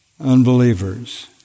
Unbelievers